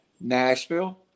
Nashville